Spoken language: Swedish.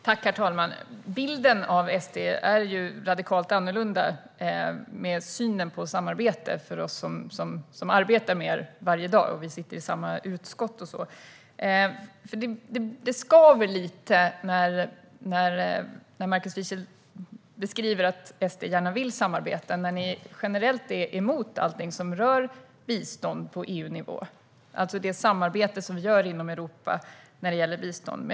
Herr talman! Bilden av SD:s syn på samarbete är radikalt annorlunda för oss som arbetar med er varje dag då vi sitter i samma utskott. Det skaver lite när Markus Wiechel beskriver att SD gärna vill samarbeta när ni generellt är emot allting som rör bistånd på EU-nivå, alltså det samarbete som vi har inom Europa när det gäller bistånd.